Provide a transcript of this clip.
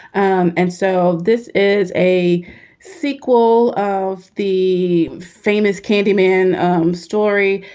um and so this is a sequel of the famous candy man um story,